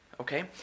okay